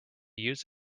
use